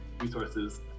resources